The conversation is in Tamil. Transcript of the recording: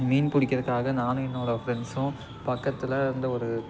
மீன் பிடிக்குறதுக்காக நானும் என்னோடய ஃப்ரெட்ண்ஸும் பக்கத்தில் இருந்த ஒரு